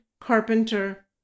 Carpenter